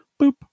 boop